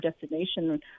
destination